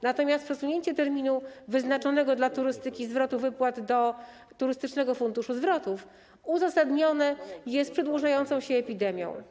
Natomiast przesunięcie terminu wyznaczonego dla turystyki zwrotu wypłat do Turystycznego Funduszu Zwrotów uzasadnione jest przedłużającą się epidemią.